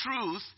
truth